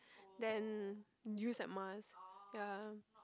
than use that mask ya